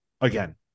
again